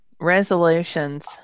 resolutions